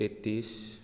तेत्तीस